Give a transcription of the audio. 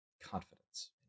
confidence